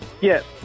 Yes